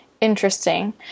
interesting